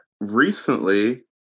recently